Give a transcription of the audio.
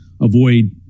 avoid